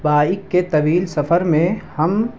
bike کے طویل سفر میں ہم